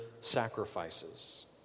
sacrifices